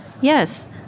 Yes